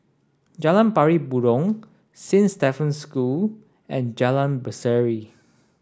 Jalan Pari Burong Saint Stephen's School and Jalan Berseri